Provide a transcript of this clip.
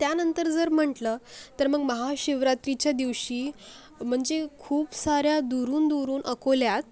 त्यानंतर जर म्हटलं तर मग महाशिवरात्रीच्या दिवशी म्हणजे खूप साऱ्या दुरुनदुरुन अकोल्यात